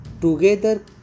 together